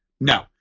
No